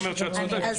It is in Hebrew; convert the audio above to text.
את